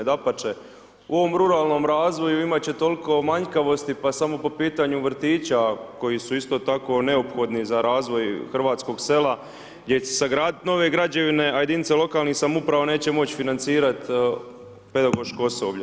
Dapače u ovom ruralnom razvoju imati će toliko manjkavosti, pa samo po pitanju vrtića, koji su isto tako neophodni za razvoj hrvatskog sela, gdje će se sagraditi nove građevine, a jedinice lokalne samouprave neće moći financirati pedagoško osoblje.